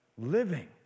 living